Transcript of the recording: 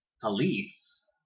police